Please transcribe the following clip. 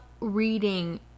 reading